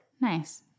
Nice